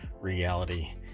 reality